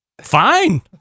Fine